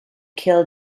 kill